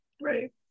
Right